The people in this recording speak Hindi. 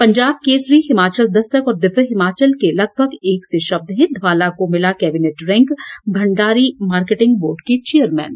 पंजाब केसरी हिमाचल दस्तक और दिव्य हिमाचल के एक जैसे शब्द हैं धवाला को मिला cabinet rank Bhandari marketing board के चेयरमैन